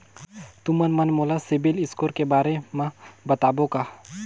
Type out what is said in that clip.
तुमन मन मोला सीबिल स्कोर के बारे म बताबो का?